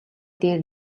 дээр